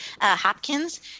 Hopkins